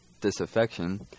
disaffection